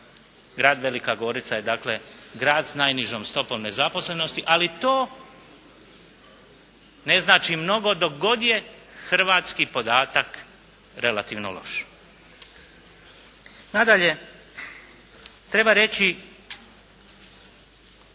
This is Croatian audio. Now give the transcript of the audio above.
Grad Velika Gorica je dakle grad s najnižom stopom nezaposlenosti, ali to ne znači mnogo dok god je hrvatski podatak relativno loš. Nadalje, treba reći